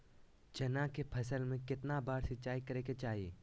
चना के फसल में कितना बार सिंचाई करें के चाहि?